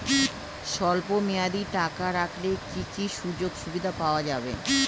স্বল্পমেয়াদী টাকা রাখলে কি কি সুযোগ সুবিধা পাওয়া যাবে?